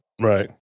Right